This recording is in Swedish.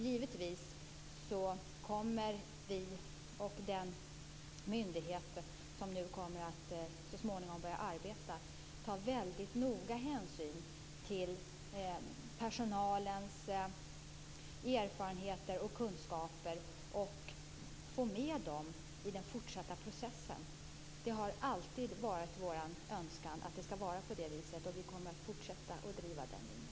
Givetvis kommer vi och den myndighet som så småningom kommer att börja arbeta att noga ta hänsyn till personalens erfarenheter och kunskaper och försöka få med dem i den fortsatta processen. Det har alltid varit vår önskan att det skall vara på det viset, och vi kommer att fortsätta att driva den linjen.